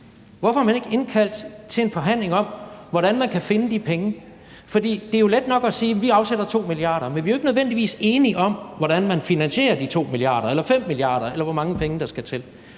Hvorfor har man ikke indkaldt til en forhandling om, hvordan man kan finde de penge? For det er jo let nok at sige, at vi afsætter 2 mia. kr., men vi er jo ikke nødvendigvis enige om, hvordan man finansierer de 2 mia. kr. eller 5 mia. kr., eller hvor mange penge der skal til.